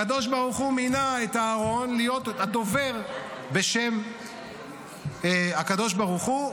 הקדוש ברוך הוא מינה את אהרן להיות הדובר בשם הקדוש ברוך הוא.